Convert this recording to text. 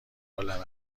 عالم